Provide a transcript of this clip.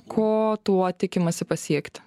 ko tuo tikimasi pasiekt